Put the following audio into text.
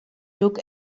look